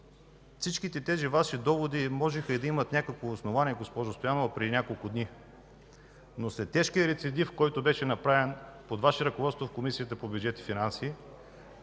Всичките тези Ваши доводи можеха и да имат някакво основание, госпожо Стоянова, преди няколко дни, но след тежкия рецидив, който беше направен под Ваше ръководство в Комисията по бюджет и финанси